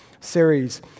series